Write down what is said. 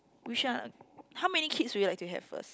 which one how many kids will you like to have first